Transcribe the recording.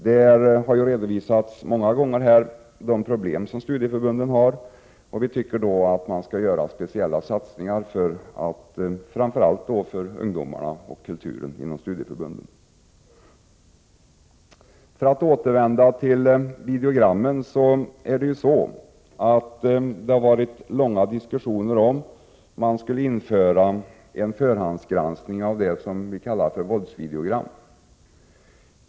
Här har ju många gånger redovisats vilka problem studieförbunden har, och vi tycker att man skall göra speciella satsningar framför allt för ungdomarna och kulturen inom studieförbunden. För att återvända till videogrammen vill jag säga att det har varit långa diskussioner om huruvida man skall införa en förhandsgranskning av vad vi kallar våldsvideogram.